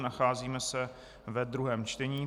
Nacházíme se ve druhém čtení.